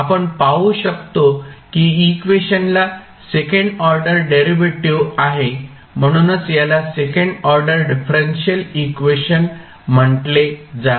आपण पाहू शकतो की इक्वेशनला सेकंड ऑर्डर डेरिव्हेटिव्ह आहे म्हणूनच याला सेकंड ऑर्डर डिफरेंशियल इक्वेशन म्हटले जाते